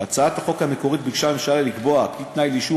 בהצעת החוק המקורית ביקשה הממשלה לקבוע כי תנאי לאישור